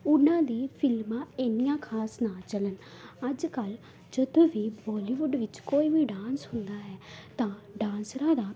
ਉਹਨਾਂ ਦੀ ਫਿਲਮਾਂ ਇੰਨੀਆਂ ਖ਼ਾਸ ਨਾ ਚੱਲਣ ਅੱਜ ਕੱਲ੍ਹ ਜਦੋਂ ਵੀ ਬੋਲੀਵੁੱਡ ਵਿੱਚ ਕੋਈ ਵੀ ਡਾਂਸ ਹੁੰਦਾ ਹੈ ਤਾਂ ਡਾਂਸਰਾਂ ਦਾ